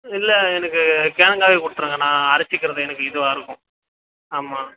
இல்லை எனக்கு கிலங்காவே கொடுத்துருங்க நான் அரைச்சிக்கிறது எனக்கு இதுவாக இருக்கும் ஆமாம்